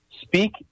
speak